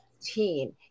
team